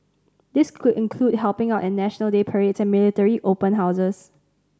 this could include helping out at National Day parades and military open houses